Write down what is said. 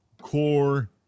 core